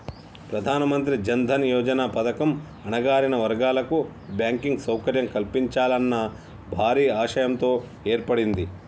ప్రధానమంత్రి జన్ దన్ యోజన పథకం అణగారిన వర్గాల కు బ్యాంకింగ్ సౌకర్యం కల్పించాలన్న భారీ ఆశయంతో ఏర్పడింది